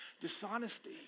Dishonesty